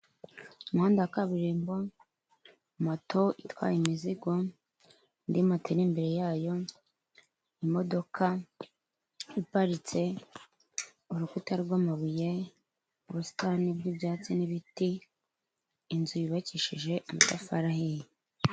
Umuhanda wa kaburimbo, moto itwaye imizigo, indi moto iri imbere yayo, imodoka iparitse, urukuta rw'amabuye, ubusitani bw'ibyatsi n'ibiti, inzu yubakishije amatafari ahiye.